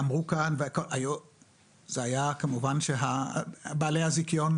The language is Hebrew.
ואמרו כאן --- זה היה כמובן שבעלי הזיכיון